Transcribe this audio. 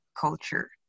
culture